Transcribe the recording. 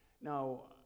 Now